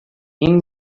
این